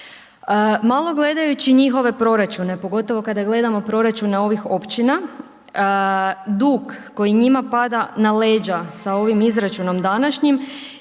Malo gledajući njihove proračune pogotovo kada gledamo proračune ovih općina, dug koji njima pada na leđa sa ovim izračunom današnjim